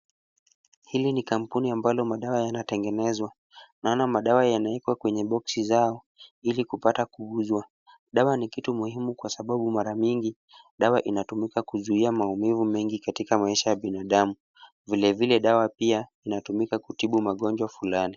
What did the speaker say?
Hili ni kampuni ambalo madawa yanatengenezwa. Naona madawa yanawekwa kwenye boksi zao ili kupata kuuzwa. Dawa ni kitu muhimu kwa sababu mara mingi dawa inatumika kuzuia maumivu mengi katika maisha ya binadamu. Vilevile dawa pia inatumika kutibu magonjwa fulani.